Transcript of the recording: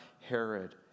Herod